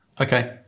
Okay